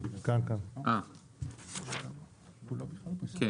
כן, כן,